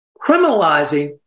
Criminalizing